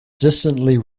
distantly